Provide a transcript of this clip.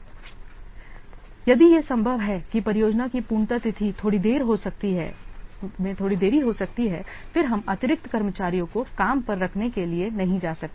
इसलिए यदि यह संभव है कि परियोजना की पूर्णता तिथि थोड़ी देरी हो सकती है फिर हम अतिरिक्त कर्मचारियों को काम पर रखने के लिए नहीं जा सकते